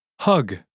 Hug